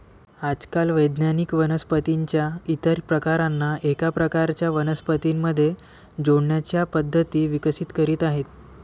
आजकाल वैज्ञानिक वनस्पतीं च्या इतर प्रकारांना एका प्रकारच्या वनस्पतीं मध्ये जोडण्याच्या पद्धती विकसित करीत आहेत